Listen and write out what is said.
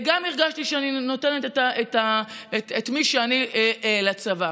גם הרגשתי שאני נותנת את מי שאני לצבא.